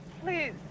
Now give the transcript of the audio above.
please